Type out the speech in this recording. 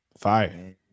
fire